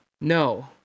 No